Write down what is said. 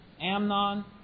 Amnon